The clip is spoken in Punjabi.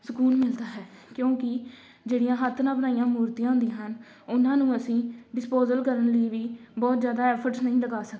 ਸਕੂਨ ਮਿਲਦਾ ਹੈ ਕਿਉਂਕਿ ਜਿਹੜੀਆਂ ਹੱਥ ਨਾਲ ਬਣਾਈਆਂ ਮੂਰਤੀਆਂ ਹੁੰਦੀਆਂ ਹਨ ਉਹਨਾਂ ਨੂੰ ਅਸੀਂ ਡਿਸਪੋਜਲ ਕਰਨ ਲਈ ਵੀ ਬਹੁਤ ਜ਼ਿਆਦਾ ਐਫਰਟਸ ਨਹੀਂ ਲਗਾ ਸਕਦੇ